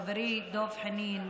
חברי דב חנין,